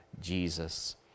jesus